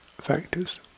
factors